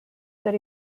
that